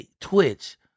Twitch